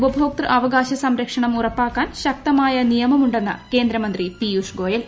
ഉപഭോക്തൃ അവകാശ സംരക്ഷണം ഉറപ്പാക്കാൻ ശക്തമായ നിയമമുണ്ടെന്ന് കേന്ദ്രമന്ത്രി പീയുഷ് ഗോയൽ